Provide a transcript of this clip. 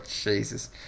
Jesus